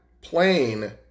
plane